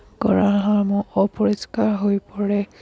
গঁৰালসমূহ অপৰিষ্কাৰ হৈ পৰে